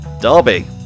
Derby